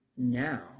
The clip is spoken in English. Now